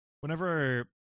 whenever